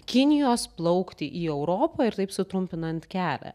kinijos plaukti į europą ir taip sutrumpinant kelią